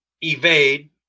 evade